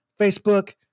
facebook